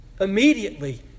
Immediately